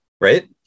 right